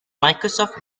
microsoft